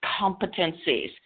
competencies